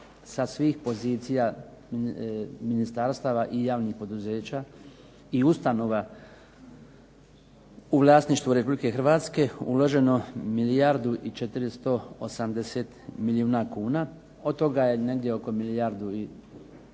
sa svih pozicija ministarstava i javnih poduzeća i ustanova u vlasništvu Republike Hrvatske uloženo milijardu i 480 milijuna kuna, od toga je negdje oko milijardu i